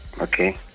Okay